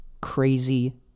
Crazy